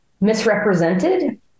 misrepresented